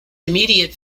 immediate